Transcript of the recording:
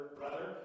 brother